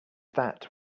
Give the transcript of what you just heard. that